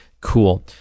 cool